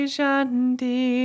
Shanti